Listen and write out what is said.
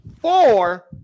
four